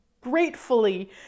gratefully